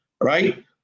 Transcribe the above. Right